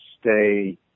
stay